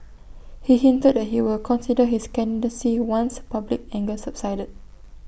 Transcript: he hinted that he would consider his candidacy once public anger subsided